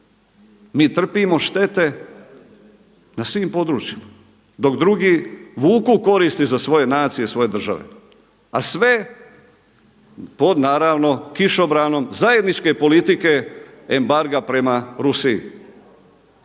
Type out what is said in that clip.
Mi trpimo štete na svim područjima dok drugi vuku koristi za svoje nacije, za svoje države a sve pod naravno kišobranom zajedničke politike embarga prema Rusiji.